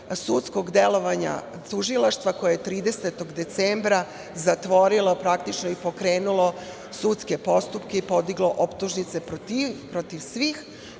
sudskog delovanja tužilaštva koje je 30 decembra zatvorilo i pokrenulo sudske postupke i podiglo optužnice protiv svih